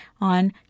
on